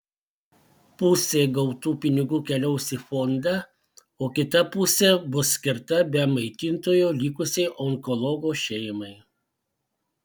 pusė gautų pinigų keliaus į fondą o kita pusė bus skirta be maitintojo likusiai onkologo šeimai